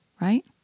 right